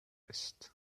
ist